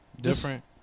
different